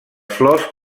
flors